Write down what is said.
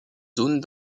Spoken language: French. zones